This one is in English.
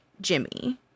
Jimmy